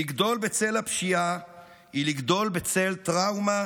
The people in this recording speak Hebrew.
לגדול בצל הפשיעה זה לגדול בצל טראומה